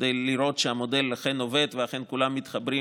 כדי לראות שהמודל אכן עובד ואכן כולם מתחברים,